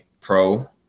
pro